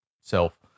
self